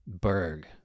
Berg